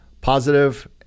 positive